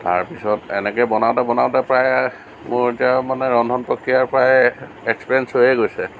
তাৰপিছত এনেকৈ বনাওঁতে বনাওঁতে প্ৰায় মোৰ এতিয়া মানে ৰন্ধন প্ৰক্ৰিয়া প্ৰায় এক্সপেৰিয়েঞ্চ হৈয়ে গৈছে